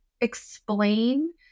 explain